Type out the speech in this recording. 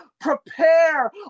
prepare